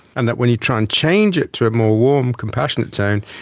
and that when you try and change it to a more warm, compassionate tone,